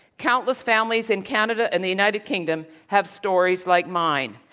countless families in canada and the united kingdom have stories like mine.